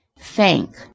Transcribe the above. thank